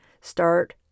start